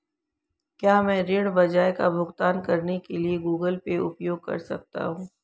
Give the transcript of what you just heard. क्या मैं ऋण ब्याज का भुगतान करने के लिए गूगल पे उपयोग कर सकता हूं?